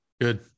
Good